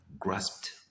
grasped